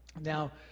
Now